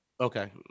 Okay